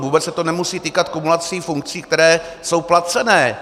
Vůbec se to nemusí týkat kumulací funkcí, které jsou placené.